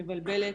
מבלבלת,